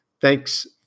thanks